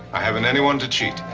i haven't anyone to cheat.